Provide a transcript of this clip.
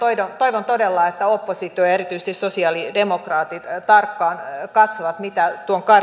toivon todella että oppositio ja ja erityisesti sosialidemokraatit tarkkaan katsovat mitä tuon